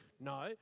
No